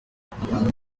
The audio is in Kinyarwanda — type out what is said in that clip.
aba